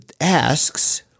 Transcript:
asks